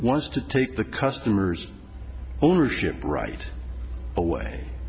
wants to take the customer's ownership right away